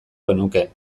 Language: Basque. genuke